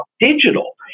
digital